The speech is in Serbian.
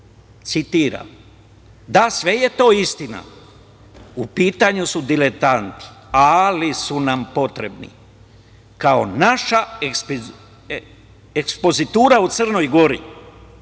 citiram: „Da, sve je to istina. U pitanju su diletanti, ali su nam potrebni kao naša ekspozitura u Crnoj Gori,